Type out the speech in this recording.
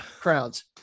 crowns